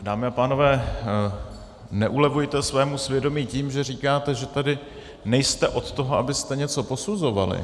Dámy a pánové, neulevujte svému svědomí tím, že říkáte, že tady nejste od toho, abyste něco posuzovali.